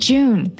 June 。